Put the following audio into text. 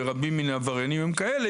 ורבים מן העבריינים הם כאלה,